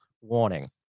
warning